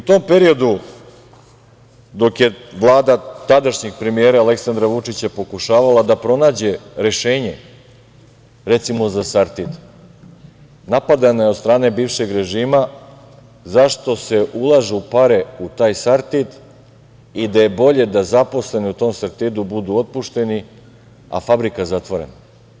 U tom periodu, dok je Vlada tadašnjeg premijera Aleksandra Vučića pokušavala da pronađe rešenje recimo za „Sartid“, napadana je od strane bivšeg režima zašto se ulažu pare u taj „Sartid“ i da je bolje da zaposleni u tom „Sartidu“ budu otpušteni, a fabrika zatvorena.